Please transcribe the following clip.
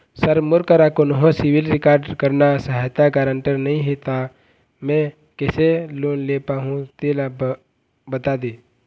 sir मोर करा कोन्हो सिविल रिकॉर्ड करना सहायता गारंटर नई हे ता मे किसे लोन ले पाहुं तेला बता दे